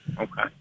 Okay